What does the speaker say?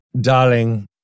Darling